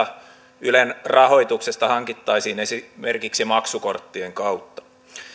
jos osa ylen rahoituksesta hankittaisiin esimerkiksi maksukorttien kautta